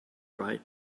right